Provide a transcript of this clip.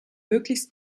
möglichst